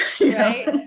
right